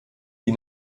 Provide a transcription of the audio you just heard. die